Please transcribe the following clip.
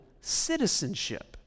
citizenship